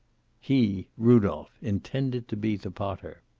he, rudolph, intended to be the potter.